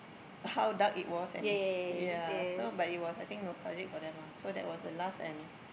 how dark it was and ya so but it was I think nostalgic for them ah so that was the last and